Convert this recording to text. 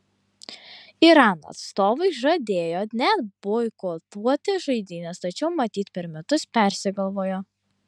irano atstovai žadėjo net boikotuoti žaidynes tačiau matyt per metus persigalvojo